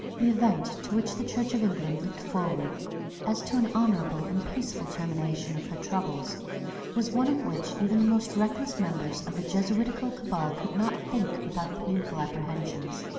the event to which the church of england looked forward as to an honourable and peaceful termination of her troubles was one of which even the most reckless members of the jesuitical cabal could not think without painful apprehensions.